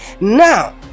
Now